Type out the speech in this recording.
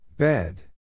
Bed